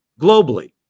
globally